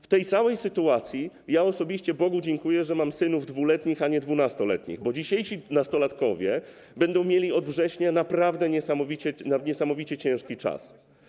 W tej całej sytuacji ja osobiście Bogu dziękuję, że mam synów 2-letnich, a nie 12-letnich, bo dzisiejsi nastolatkowie będą mieli od września naprawdę niesamowicie ciężki czas.